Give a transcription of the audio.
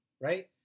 Right